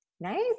nice